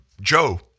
Joe